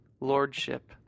lordship